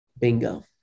Bingo